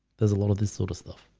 there's a lot of this sort of stuff